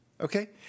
okay